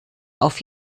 auf